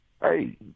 Hey